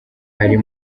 hari